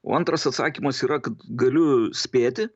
o antras atsakymas yra kad galiu spėti